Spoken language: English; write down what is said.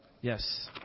yes